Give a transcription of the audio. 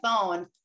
phone